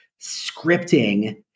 scripting